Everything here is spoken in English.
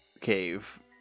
cave